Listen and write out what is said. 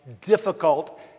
difficult